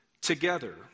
together